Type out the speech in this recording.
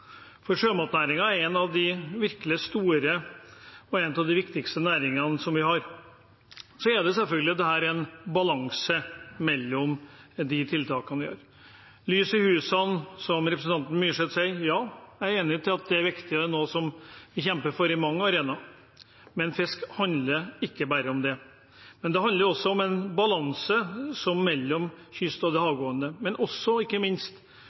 For sjømatnæringen er en av de virkelig store, og en av de viktigste, næringene vi har. Så er dette selvfølgelig en balanse mellom de tiltakene vi gjør. Lys i husene, som representanten Myrseth nevner, er jeg enig i er viktig, og det er noe vi kjemper for på mange arenaer. Men fisk handler ikke bare om det. Det handler også om en balanse mellom kyst og det havgående, men også – ikke minst